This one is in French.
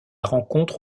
rencontre